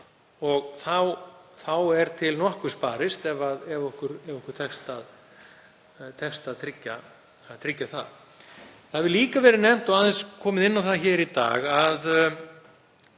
Þá er til nokkurs barist ef okkur tekst að tryggja það. Það hefur líka verið nefnt og aðeins komið inn á það hér í dag, að